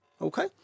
Okay